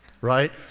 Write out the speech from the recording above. right